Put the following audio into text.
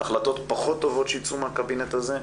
החלטות פחות טובות שייצאו מהקבינט הזה,